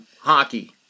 hockey